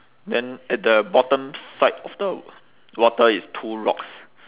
then at the bottom side of the water is two rocks